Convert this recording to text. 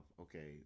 okay